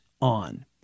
on